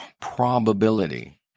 probability